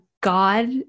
God